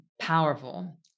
powerful